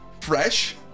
fresh